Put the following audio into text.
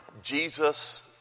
jesus